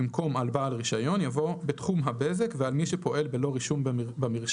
במקום "על בעל רישיון" יבוא "בתחום הבזק ועל מי שפועל בלא רישום במרשם,